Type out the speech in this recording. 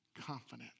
confident